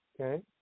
Okay